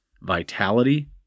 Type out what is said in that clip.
Vitality